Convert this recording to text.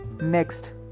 next